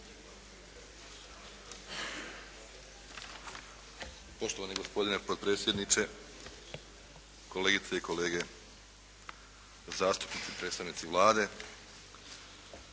Poštovani gospodine potpredsjedniče, kolegice i kolege zastupnici, predstavnici Vlade.